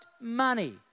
money